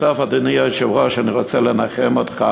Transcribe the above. אדוני היושב-ראש, אני רוצה לנחם אותך